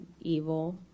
evil